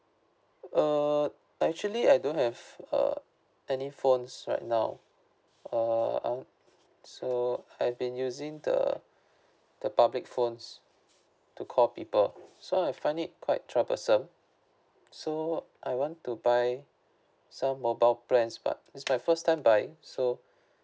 uh actually I don't have err any phones right now err uh so I've been using the the public phones to call people so I find it quite troublesome so I want to buy some mobile plans but it's my first time buying so